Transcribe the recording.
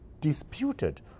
disputed